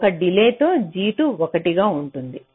కాబట్టి 1 డిలే తో G2 1 గా ఉంటుంది